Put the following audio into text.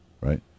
right